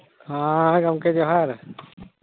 ᱦᱮᱸ ᱜᱚᱝᱠᱮ ᱡᱚᱦᱟᱨ